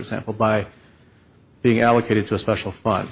example by being allocated to a special fun